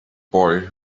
boy